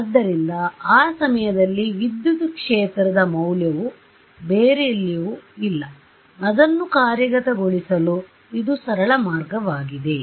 ಆದ್ದರಿಂದ ಆ ಸಮಯದಲ್ಲಿ ವಿದ್ಯುತ್ ಕ್ಷೇತ್ರದ ಮೌಲ್ಯವು ಬೇರೆಲ್ಲಿಯೂ ಇಲ್ಲ ಅದನ್ನು ಕಾರ್ಯಗತಗೊಳಿಸಲು ಇದು ಸರಳ ಮಾರ್ಗವಾಗಿದೆ